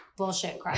Bullshit